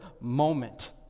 moment